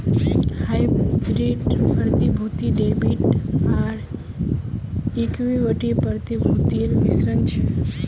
hybrid प्रतिभूति debit आर equity प्रतिभूतिर मिश्रण छ